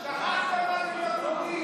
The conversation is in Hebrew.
--- שכחת, שכחת מה זה להיות יהודי